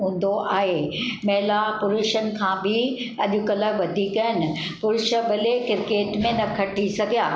हूंदो आहे महिला पुरूषनि खां बि अॼुकल्ह वधीक आहिनि पुरूष भले क्रिकेट में न खटी सघिया